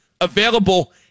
available